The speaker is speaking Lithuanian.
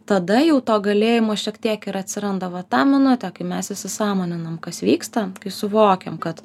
tada jau to galėjimo šiek tiek ir atsiranda va tą minutę kai mes įsisąmoninam kas vyksta kai suvokiame kad